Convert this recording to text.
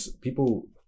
people